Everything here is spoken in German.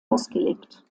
ausgelegt